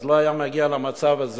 אז לא הייתי מגיע למצב הזה.